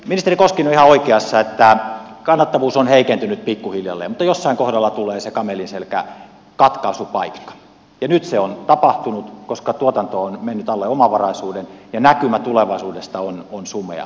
ministeri koskinen on ihan oikeassa että kannattavuus on heikentynyt pikkuhiljalleen mutta jossain kohdalla tulee se kamelinselän katkaisupaikka ja nyt se on tapahtunut koska tuotanto on mennyt alle omavaraisuuden ja näkymä tulevaisuudesta on sumea